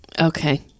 okay